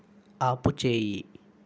ఆపుచేయి